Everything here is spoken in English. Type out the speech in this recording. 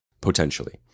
potentially